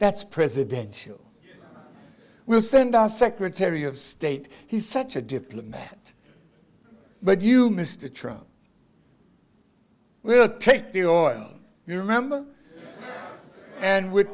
that's presidential we'll send our secretary of state he's such a diplomat but you mr trump will take the oil you remember and with